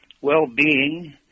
well-being